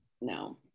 No